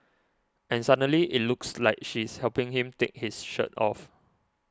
and suddenly it looks like she's helping him take his shirt off